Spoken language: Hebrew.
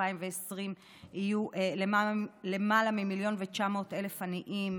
2020 יהיו למעלה מ-1.9 מיליון עניים,